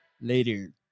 later